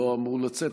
השר לא אמור לצאת.